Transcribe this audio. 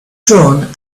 drawn